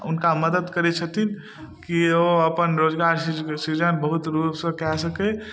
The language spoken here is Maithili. आओर हुनका मदद करय छथिन की ओ अपन रोजगार सृजन बहुत रूपसँ कए सकय